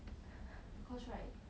because right